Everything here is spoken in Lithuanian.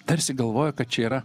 tarsi galvoja kad čia yra